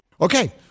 Okay